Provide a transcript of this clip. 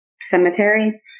cemetery